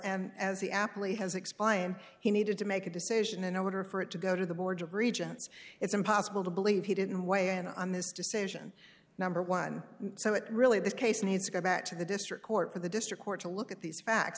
and as the apple has expired he needed to make a decision in order for it to go to the board of regents it's impossible to believe he didn't weigh in on this decision number one so it really this case needs to go back to the district court for the district court to look at these fact